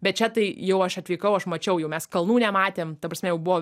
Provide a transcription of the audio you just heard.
bet čia tai jau aš atvykau aš mačiau jau mes kalnų nematėm ta prasme jau buvo